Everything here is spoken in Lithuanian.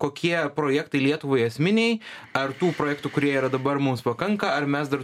kokie projektai lietuvai esminiai ar tų projektų kurie yra dabar mums pakanka ar mes dar